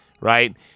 right